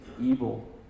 evil